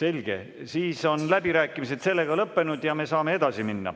Selge, siis on läbirääkimised lõppenud ja me saame edasi minna.